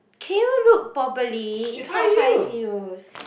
can you look properly is not high heels